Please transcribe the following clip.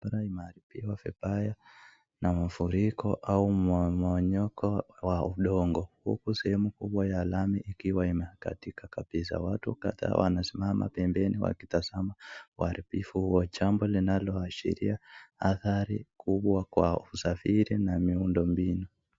Barabara imeharibiwa vibaya na mafuriko, au mmomonyoko wa udongo, huku sehemu kubwa ya lami ikiwa imekatika kabisa. Watu kadhaa wanasimama pembeni wakitazama uharibifu huo. Jambo linaloashiria adhari kubwa kwa usafiri na miundo mbinu.